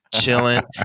chilling